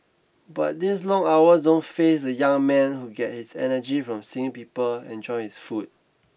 but these long hours don't faze the young man who get his energy from seeing people enjoy his food